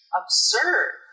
absurd